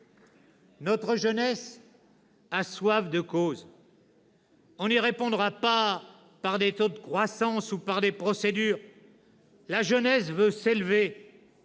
Notre jeunesse a soif de causes. On n'y répondra pas par des taux de croissance ou par des procédures. La jeunesse veut s'élever.